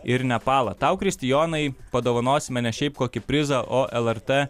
ir nepalą tau kristijonai padovanosime ne šiaip kokį prizą o lrt